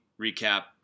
recap